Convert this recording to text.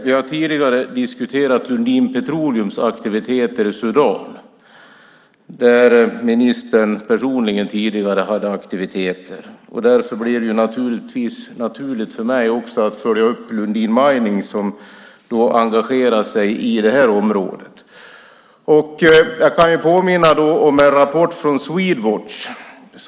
Vi har tidigare diskuterat Lundin Petroleums aktiviteter i Sudan. Där hade ministern tidigare aktiviteter personligen. Därför blir det naturligt för mig att följa upp Lundin Mining, som engagerar sig i det här området. Jag kan påminna om en rapport från Swedwatch.